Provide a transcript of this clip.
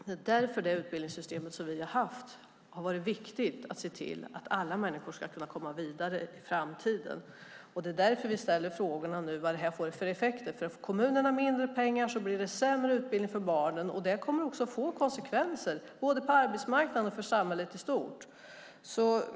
Det är viktigt att vi i det utbildningssystem som vi har haft sett till att alla människor ska kunna komma vidare i framtiden. Det är därför vi nu ställer frågor om vad det får för effekter. Får kommunerna mindre pengar blir det sämre utbildning för barnen. Det kommer att få konsekvenser både på arbetsmarknaden och i samhället i stort.